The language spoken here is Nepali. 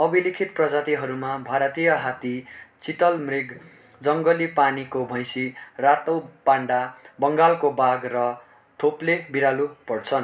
अभिलिखित प्रजातिहरूमा भारतीय हात्ती चितल मृग जङ्गली पानीको भैँसी रातो पान्डा बङ्गालको बाघ र थोप्ले बिरालु पर्छन्